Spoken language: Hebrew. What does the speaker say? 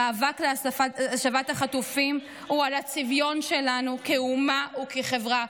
המאבק להשבת החטופים הוא על הצביון שלנו כאומה וכחברה.